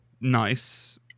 nice